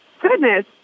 Goodness